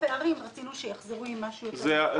הפערים רצינו שיחזרו עם משהו יותר מופחת.